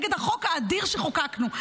נגד החוק האדיר שחוקקנו.